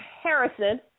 Harrison